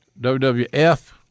WWF